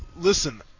listen